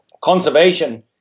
Conservation